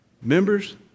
Members